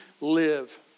live